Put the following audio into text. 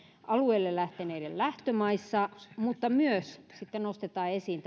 alueelle lähteneiden lähtömaissa mutta myös nostetaan esiin